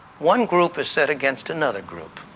one group is set against another group.